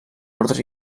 ordre